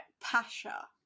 Pasha